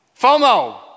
FOMO